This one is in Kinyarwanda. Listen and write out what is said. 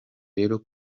rero